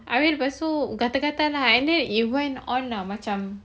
habis lepas tu gatal-gatal and then it went on ah macam